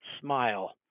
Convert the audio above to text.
Smile